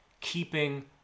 keeping